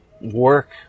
work